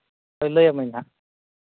ᱦᱳᱭ ᱞᱟᱹᱭ ᱟᱹᱢᱟᱹᱧ ᱦᱟᱸᱜ